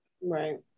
Right